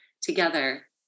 together